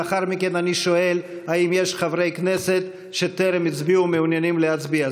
לאחר מכן אני שואל אם יש חברי כנסת שטרם הצביעו ומעוניינים להצביע.